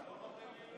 אתה לא נותן לי לדבר?